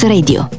Radio